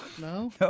no